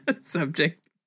subject